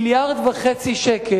1.5 מיליארד שקלים,